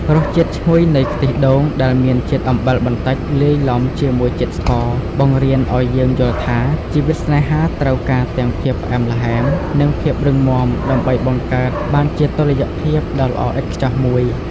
រសជាតិឈ្ងុយនៃ ខ្ទិះដូង ដែលមានជាតិអំបិលបន្តិចលាយឡំជាមួយជាតិស្ករ បង្រៀនឱ្យយើងយល់ថា ជីវិតស្នេហាត្រូវការទាំងភាពផ្អែមល្ហែម និងភាពរឹងមាំដើម្បីបង្កើតបានជាតុល្យភាពដ៏ល្អឥតខ្ចោះមួយ។